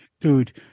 dude